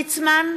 נוכח יעקב ליצמן,